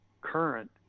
current